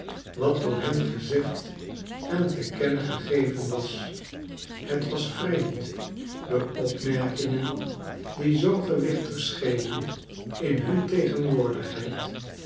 wat door hen gezegd en te kennen gegeven was het was vreemd de opmerkingen die zoo gewichtig schenen in hun tegenwoordigheid